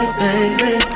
baby